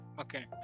okay